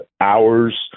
hours